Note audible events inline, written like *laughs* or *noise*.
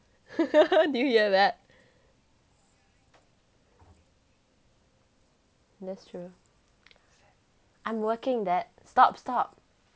*laughs* did you hear that that's true I'm working dad stop stop